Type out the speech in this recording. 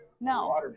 No